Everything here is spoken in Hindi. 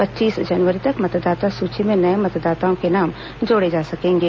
पच्चीस जनवरी तक मतदाता सूची में नये मतदाताओं के नाम जोड़े जा सकेंगे